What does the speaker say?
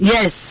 Yes